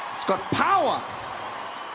it's got power!